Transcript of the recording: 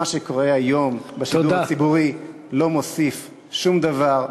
מה שקורה היום בשידור הציבורי לא מוסיף שום דבר.